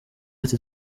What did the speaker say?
ati